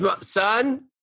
Son